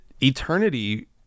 eternity